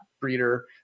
breeder